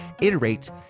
iterate